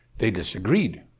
they disagreed.